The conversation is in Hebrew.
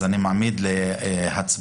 אני מעמיד להצבעה